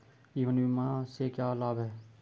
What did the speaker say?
जीवन बीमा से क्या लाभ हैं?